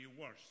worse